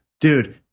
Dude